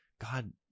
God